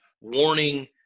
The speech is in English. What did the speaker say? warning